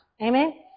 Amen